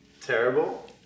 terrible